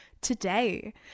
today